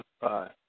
five